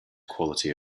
quality